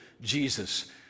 Jesus